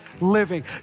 living